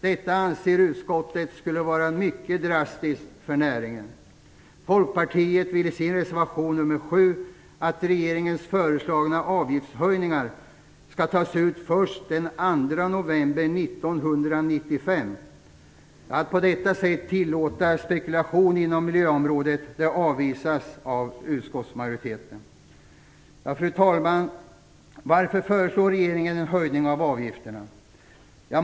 Detta anser utskottet skulle vara mycket drastiskt för näringen. Folkpartiet vill i sin reservation nr 7 att regeringens föreslagna avgiftshöjningar skall tas ut först den 2 november 1995. Att på detta sätt tillåta spekulation på miljöområdet avvisas av utskottsmajoriteten. Fru talman! Varför föreslår regeringen en höjning av avgifterna?